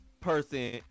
person